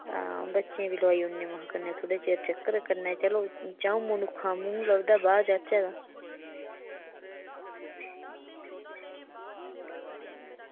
बच्चें ई बी लोआई औने आं में हा थोह्ड़े चिर चक्कर चलो चंऊ मनुक्खां मूंह् लभदा बाहर जाह्चै तां